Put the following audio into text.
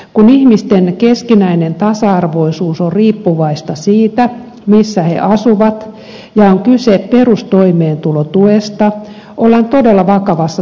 kun ihmisten keskinäinen tasa arvoisuus on riippuvaista siitä missä he asuvat ja on kyse perustoimeentulotuesta ollaan todella vakavassa tilanteessa